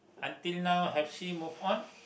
until now has she move on